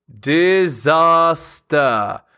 Disaster